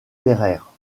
pereire